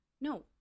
No